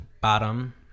bottom